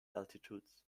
altitudes